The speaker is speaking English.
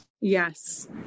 Yes